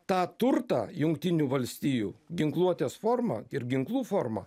tą turtą jungtinių valstijų ginkluotės formą ir ginklų formą